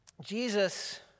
Jesus